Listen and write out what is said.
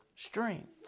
Strength